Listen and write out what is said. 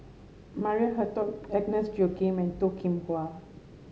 Maria Hertogh Agnes Joaquim and Toh Kim Hwa